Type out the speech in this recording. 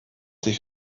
sich